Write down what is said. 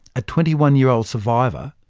a twenty one year old survivor,